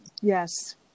Yes